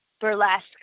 burlesque